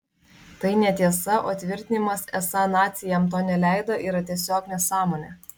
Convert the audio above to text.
tai netiesa o tvirtinimas esą naciai jam to neleido yra tiesiog nesąmonė